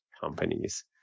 companies